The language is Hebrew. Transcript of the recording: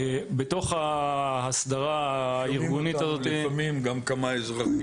ואם צריך ישמשו גם לתביעות נזיקין או ללימוד,